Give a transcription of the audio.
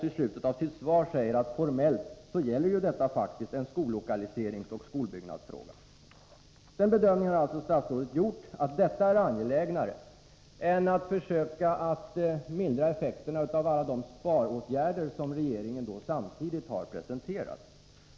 I slutet av sitt svar säger statsrådet att det formellt gäller en skollokaliseringsoch skolbyggnadsfråga. Statsrådet har alltså gjort den bedömningen att detta är angelägnare än att försöka mildra effekterna av alla de sparåtgärder som regeringen samtidigt har presenterat.